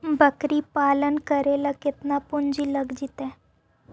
बकरी पालन करे ल केतना पुंजी लग जितै?